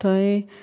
थंय